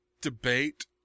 debate